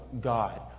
God